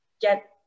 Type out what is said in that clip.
get